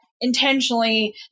intentionally